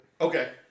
Okay